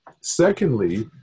Secondly